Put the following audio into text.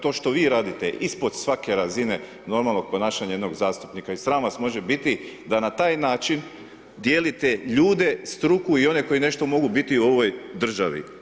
To što vi radite je ispod svake razine normalnog ponašanja jednog zastupnika i sram vas može biti da na taj način dijelite ljude, struku i one koji nešto mogu biti u ovoj državi.